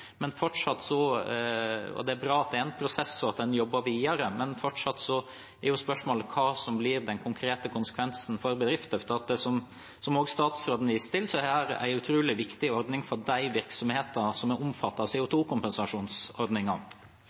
Det er bra at det er en prosess, og at en jobber videre, men fortsatt er jo spørsmålet hva som blir den konkrete konsekvensen for bedriftene. For som også statsråden viste til, er dette en utrolig viktig ordning for de virksomhetene som er omfattet av